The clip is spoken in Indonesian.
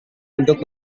untuk